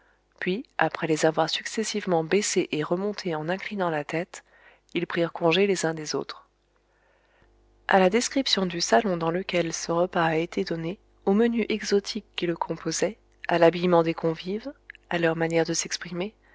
puis après les avoir successivement baissés et remontés en inclinant la tête ils prirent congé les uns des autres a la description du salon dans lequel ce repas a été donné au menu exotique qui le composait à l'habillement des convives à leur manière de s'exprimer